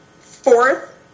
Fourth